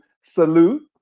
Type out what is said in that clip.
salute